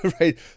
right